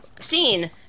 seen